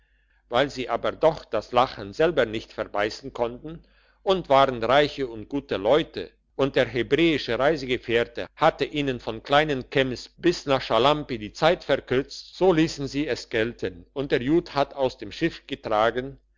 weil sie aber doch das lachen selber nicht verbeissen konnten und waren reiche und gute leute und der hebräische reisegefährte hatte ihnen von kleinen kems bis nach schalampi die zeit verkürzt so liessen sie es gelten und der jud hat aus dem schiff getragen